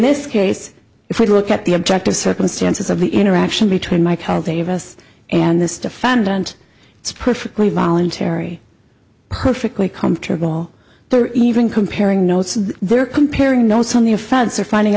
this case if we look at the objective circumstances of the interaction between michael davis and this defendant it's perfectly voluntary perfectly comfortable even comparing notes there comparing notes on the offense or finding